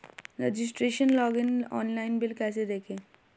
Registration login online bill कैसे देखें?